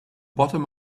bottom